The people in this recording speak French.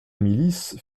milice